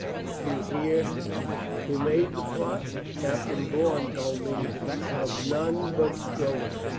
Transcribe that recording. did you hear who made the plot? captain bourne told me of none but strozzi.